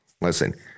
listen